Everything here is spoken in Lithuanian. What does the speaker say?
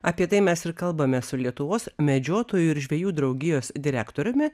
apie tai mes ir kalbame su lietuvos medžiotojų ir žvejų draugijos direktoriumi